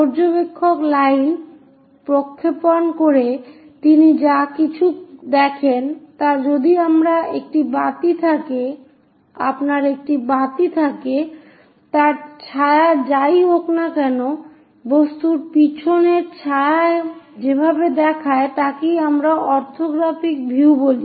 পর্যবেক্ষক লাইন প্রক্ষেপণ করে তিনি যা কিছু দেখেন তা যদি আপনার একটি বাতি থাকে তার ছায়া যাই হোক না কেন বস্তুর পিছনের ছায়া যেভাবে দেখায় তাকেই আমরা অরথোগ্রাফিক ভিউ বলি